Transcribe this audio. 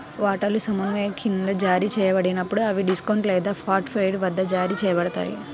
వాటాలు సమానంగా క్రింద జారీ చేయబడినప్పుడు, అవి డిస్కౌంట్ లేదా పార్ట్ పెయిడ్ వద్ద జారీ చేయబడతాయి